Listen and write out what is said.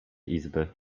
izby